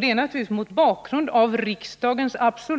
Det är naturligtvis mot bakgrund av riksdagens